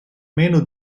meno